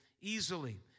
easily